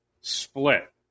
split